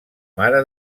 mare